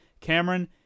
Cameron